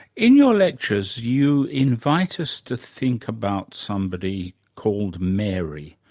in your lectures you invite us to think about somebody called mary.